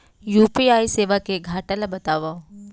UPI सेवा के घाटा ल बतावव?